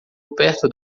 perto